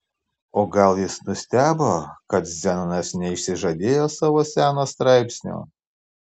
o gal jis nustebo kad zenonas neišsižadėjo savo seno straipsnio